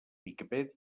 viquipèdia